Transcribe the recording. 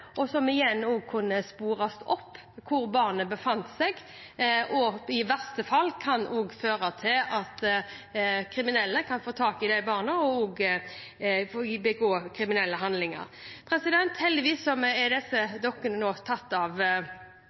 og som kunne brukes til å spore opp hvor barna befant seg, noe som i verste fall kunne føre til at kriminelle kunne få tak i disse barna og begå kriminelle handlinger. Heldigvis er disse dokkene nå tatt ut av